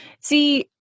See